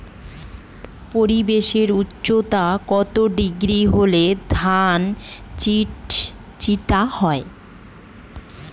পরিবেশের উষ্ণতা কত ডিগ্রি হলে ধান চিটে হয়?